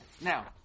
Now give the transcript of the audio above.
Now